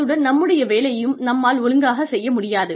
அத்துடன் நம்முடைய வேலையையும் நம்மால் ஒழுங்காக செய்ய முடியாது